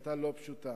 היה לא פשוט.